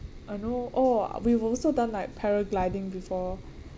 I know oh we've also done like paragliding before